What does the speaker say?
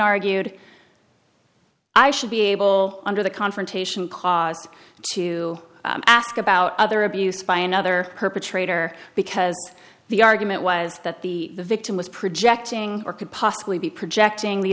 argued i should be able under the confrontation caused to ask about other abuse by another perpetrator because the argument was that the victim was projecting or could possibly be projecting the